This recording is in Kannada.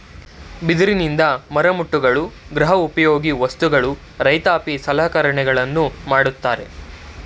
ಬಿದಿರಿನಿಂದ ಮರಮುಟ್ಟುಗಳು, ಗೃಹ ಉಪಯೋಗಿ ವಸ್ತುಗಳು, ರೈತಾಪಿ ಸಲಕರಣೆಗಳನ್ನು ಮಾಡತ್ತರೆ